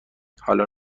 حالا